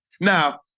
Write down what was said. Now